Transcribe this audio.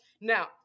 Now